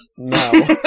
No